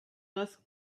ask